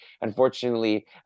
unfortunately